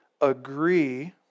agree